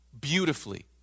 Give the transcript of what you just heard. beautifully